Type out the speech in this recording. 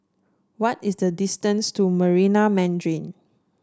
what is the distance to Marina Mandarin